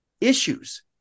issues